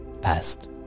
past